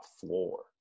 floor